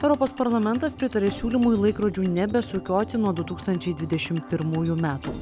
europos parlamentas pritarė siūlymui laikrodžių nebesukioti nuo du tūkstančiai dvidešimt pirmųjų metų